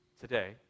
today